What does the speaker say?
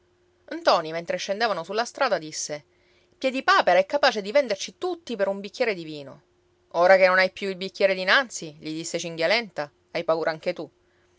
venuti ntoni mentre scendevano sulla strada disse piedipapera è capace di venderci tutti per un bicchiere di vino ora che non hai più il bicchiere dinanzi gli disse cinghialenta hai paura anche tu